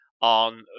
on